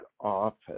office